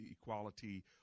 equality